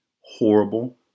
horrible